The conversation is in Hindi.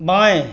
बाएं